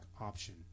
option